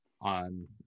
on